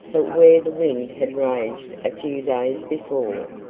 but where the wind had raged a few days before,